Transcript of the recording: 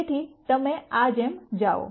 તેથી તમે આ જેમ જાઓ